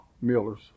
Miller's